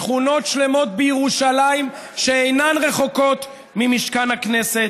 נגד תושבי שכונות שלמות בירושלים שאינן רחוקות ממשכן הכנסת.